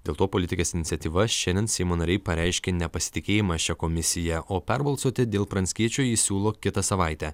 dėl to politikės iniciatyva šiandien seimo nariai pareiškė nepasitikėjimą šią komisiją o perbalsuoti dėl pranckiečio ji siūlo kitą savaitę